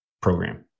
program